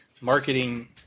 marketing